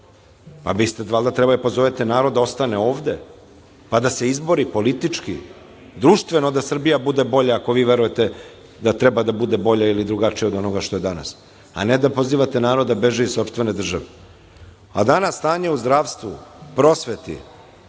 patriota. Valjda treba da pozovete narod da ostane ovde, pa da se izbori politički, društveno da Srbija bude bolja ako vi verujete da treba da bude bolja ili drugačija od onoga što je danas, a ne da pozivate narod da beži iz sopstvene države? Danas stanje u zdravstvu, prosveti,